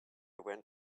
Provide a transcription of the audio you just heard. went